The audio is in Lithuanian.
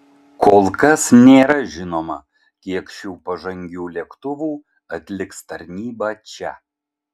kol kas nėra žinoma kiek šių pažangių lėktuvų atliks tarnybą čia